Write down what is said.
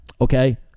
okay